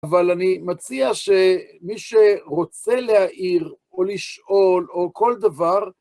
אבל אני מציע שמי שרוצה להעיר, או לשאול, או כל דבר,